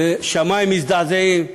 ו"שמים מזדעזעים":